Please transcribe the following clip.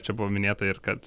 čia buvo minėta ir kad